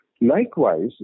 Likewise